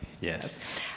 Yes